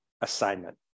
assignment